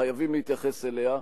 שחייבים להתייחס אליה,